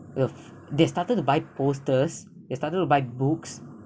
they've they started to buy posters they started to buy books